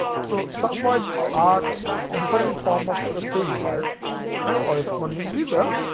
so some words are and different form of the same word and correspondingly the